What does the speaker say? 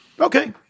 Okay